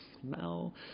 smell